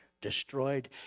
destroyed